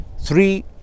three